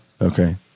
Okay